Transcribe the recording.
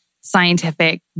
scientific